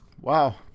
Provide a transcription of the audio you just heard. wow